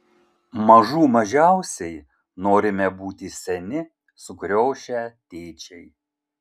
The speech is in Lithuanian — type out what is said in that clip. mažų mažiausiai norime būti seni sukriošę tėčiai